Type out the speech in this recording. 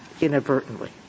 inadvertently